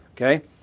Okay